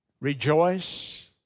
Rejoice